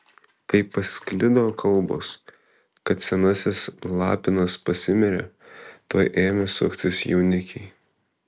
kai pasklido kalbos kad senasis lapinas pasimirė tuoj ėmė suktis jaunikiai